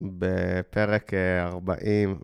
בפרק 40